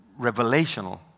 revelational